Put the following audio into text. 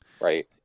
Right